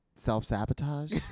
self-sabotage